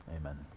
Amen